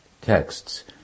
texts